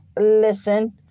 listen